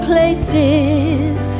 places